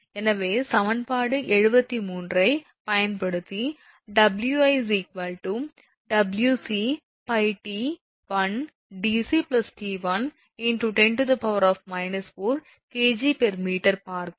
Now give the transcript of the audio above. எனவே சமன்பாடு 73 ஐப் பயன்படுத்தி 𝑊𝑖𝑊𝑐𝜋𝑡1𝑑𝑐𝑡1×10−4 𝐾𝑔𝑚 பார்த்தோம்